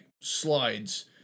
slides